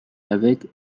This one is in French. avec